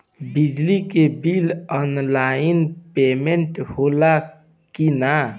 बिजली के bill online payment होला कि ना?